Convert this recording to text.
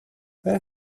where